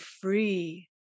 free